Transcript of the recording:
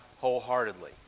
wholeheartedly